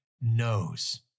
knows